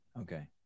Okay